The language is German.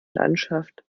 landschaft